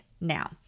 now